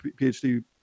phd